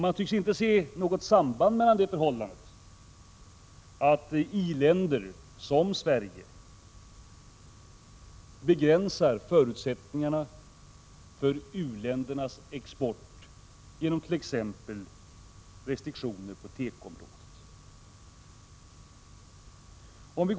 Man tycks inte se något samband med det förhållandet att i-länder som Sverige begränsar förutsättningarna för uländernas export genom t.ex. restriktioner på teko-området.